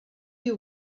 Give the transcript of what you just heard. you